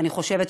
אני חושבת,